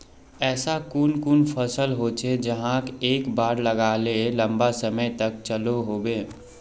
ऐसा कुन कुन फसल होचे जहाक एक बार लगाले लंबा समय तक चलो होबे?